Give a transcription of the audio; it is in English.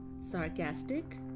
sarcastic